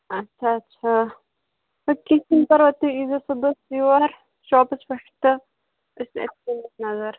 اچھا اچھا اَدٕ کیٚنٛہہ چھُنہٕ پَرواے تُہۍ یزیٚو صُبحس یور شاپس پٮ۪ٹھ تہٕ أسۍ نظر